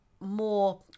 more